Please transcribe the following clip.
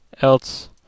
else